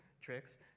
tricks